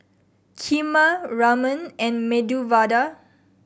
Kheema Ramen and Medu Vada